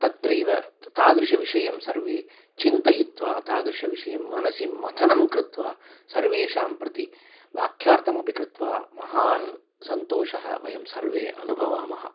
तत्रैव त् तादृशं विषयं सर्वे चिन्तयित्वा तादृशं विषयं मनसि मन्थनं कृत्वा सर्वेषाम् प्रति वाख्यार्थमपि कृत्वा महान् सन्तोषः वयं सर्वे अनुभवामः